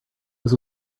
was